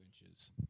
inches